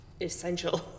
essential